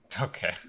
Okay